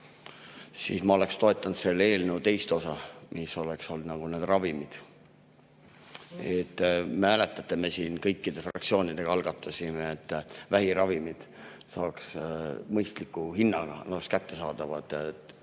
ma oleks toetanud selle eelnõu teist osa, mis oleks olnud nagu need ravimid. Mäletate, me siin kõikide fraktsioonidega algatasime selle, et vähiravimeid saaks mõistliku hinnaga, need oleks kättesaadavad.